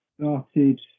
started